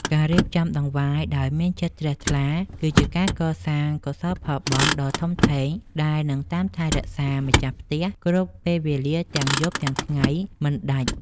ការរៀបចំដង្វាយដោយមានចិត្តជ្រះថ្លាគឺជាការកសាងកុសលផលបុណ្យដ៏ធំធេងដែលនឹងតាមថែរក្សាម្ចាស់ផ្ទះគ្រប់ពេលវេលាទាំងយប់ទាំងថ្ងៃមិនដាច់។